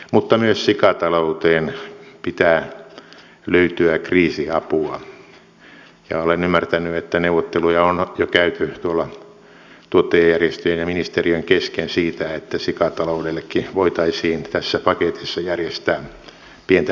mutta myös sikatalouteen pitää löytyä kriisiapua ja olen ymmärtänyt että neuvotteluja on jo käyty tuottajajärjestöjen ja ministeriön kesken siitä että sikataloudellekin voitaisiin tässä paketissa järjestää pientä lisätukea